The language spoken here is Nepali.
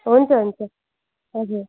हुन्छ हुन्छ हजुर